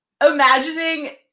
imagining